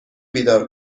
بیدار